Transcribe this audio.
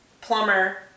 plumber